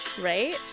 Right